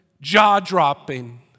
jaw-dropping